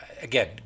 again